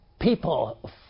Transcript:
people